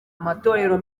amatorero